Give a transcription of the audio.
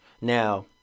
Now